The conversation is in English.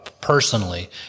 personally